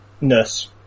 Nurse